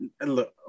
look